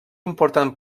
importants